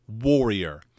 warrior